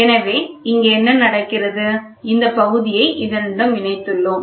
எனவே இங்கே என்ன நடக்கிறது இந்தப் பகுதியை இதனுடன் இணைத்துள்ளோம்